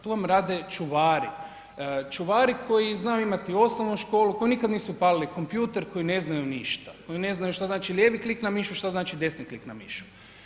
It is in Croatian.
Tu vam rade čuvari, čuvari koji znaju imati osnovnu školu, koji nikad nisu upalili kompjuter koji ne znaju ništa, koji ne znaju šta znači lijevi klik na mišu, šta znači desni klik na mišu.